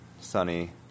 sunny